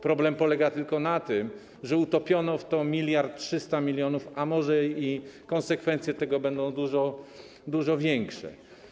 Problem polega tylko na tym, że utopiono w tym 1300 mln, a może i konsekwencje tego będą dużo większe.